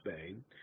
Spain